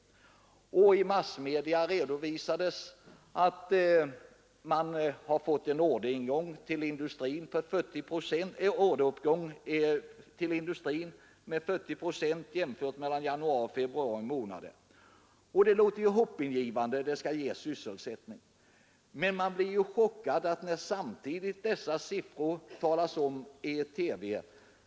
I massmedia redovisades att industrin fått en orderuppgång med 40 procent mellan januari och februari månader. Att sysselsättning skall skapas låter ju hoppingivande. Men när dessa siffror omnämns i TV, blir man chockad.